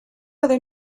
other